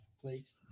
Please